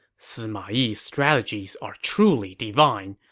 sima yi's strategies are truly divine.